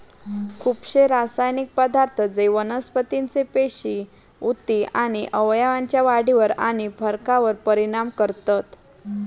खुपशे रासायनिक पदार्थ जे वनस्पतीचे पेशी, उती आणि अवयवांच्या वाढीवर आणि फरकावर परिणाम करतत